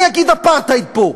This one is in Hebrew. אני אגיד אפרטהייד פה,